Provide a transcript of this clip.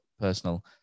personal